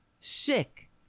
Sick